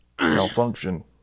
Malfunction